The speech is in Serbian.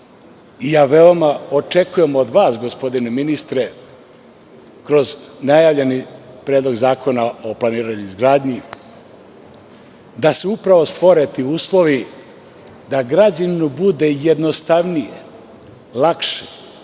i veoma očekujem od vas gospodine ministre, kroz najavljeni Predlog zakona o planiranju izgradnji, da se upravo stvore ti uslovi, da građaninu bude jednostavnije, lakše,